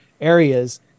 areas